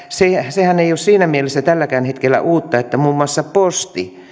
sehän ei ole siinä mielessä tälläkään hetkellä uutta että muun muassa posti